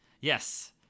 Yes